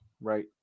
right